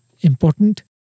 important